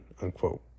unquote